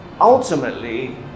ultimately